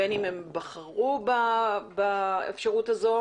בין אם הם בחרו באפשרות הזו